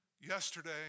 yesterday